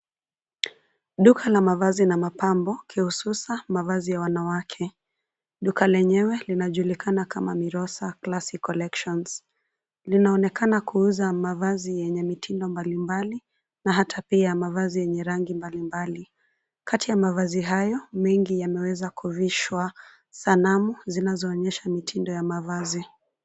Duka la mavazi na mapambo, kihususa, mavazi ya wanawake. Duka lenyewe, linajulikana kama Mirosa Classic Collections. Linaonekana kuuza mavazi yenye mitindo mbalimbali, na hata pia mavazi yenye rangi mbalimbali. Kati ya mavazi hayo, mengi yameweza kuvishwa sanamu, zinazoonyesha mitindo ya mavazi.